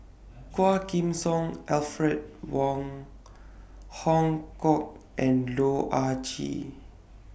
Quah Kim Song Alfred Wong Hong Kwok and Loh Ah Chee